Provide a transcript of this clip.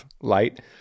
light